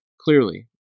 clearly